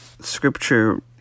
scripture